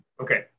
okay